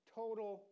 total